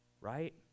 Right